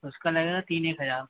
उसका लगेगा तीन एक हज़ार